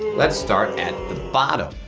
let's start at the bottom.